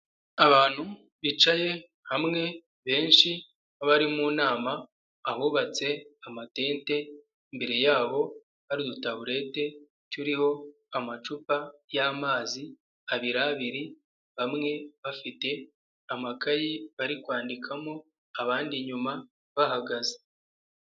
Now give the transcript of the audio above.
Abantu bicaye hamwe benshi nk'abari mu nama ahubatse amatente, imbere yabo hari udutabulete turiho amacupa y'amazi abira abiri, bamwe bafite amakayi bari kwandikamo, abandi inyuma bahagaze.